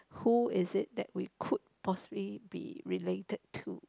who is it that we could possibly be related to